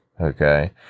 okay